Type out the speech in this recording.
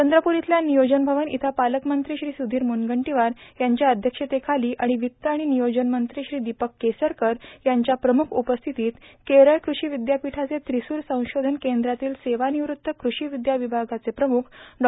चंद्रपूर इथल्या नियोजन भवन इथं पालकमंत्री श्री सुधीर मुनगंटीवार यांच्या अध्यक्षतेखाली आणि वित्त तथा नियोजन राज्यमंत्री श्री दिपक केसरकर यांच्या प्रमुख उपस्थितीत केरळ कृषी विद्यापीठाचे त्रिसुर संशोधन केंद्रातील सेवानिवृत्त क्रूपीविद्या विभागाचे प्रमुख डॉ